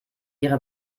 ihre